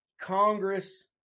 Congress